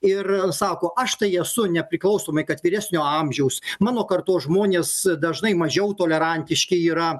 ir sako aš tai esu nepriklausomai kad vyresnio amžiaus mano kartos žmonės dažnai mažiau tolerantiški yra